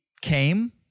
came